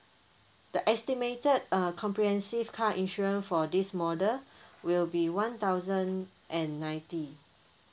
the estimated uh comprehensive car insurance for this model will be one thousand and ninety